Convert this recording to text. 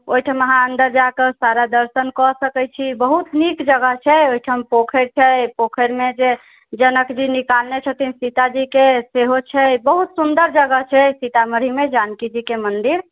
ओहिठाम अहाँ अन्दर जायकऽ सारा दर्शनकऽ सकै छी बहुत नीक जगह छै ओहिठाम पोखरि छै पोखरिमे जे जनकजी निकालने छथिन सीताजीके सेहो छै बहुत सुन्दर जगह छै सीतामढ़ीमे जानकीजीके मन्दिर